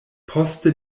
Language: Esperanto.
poste